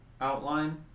outline